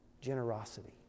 generosity